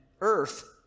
earth